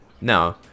No